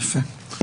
יפה.